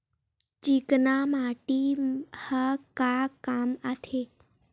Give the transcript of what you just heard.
चिकना माटी ह का काम आथे?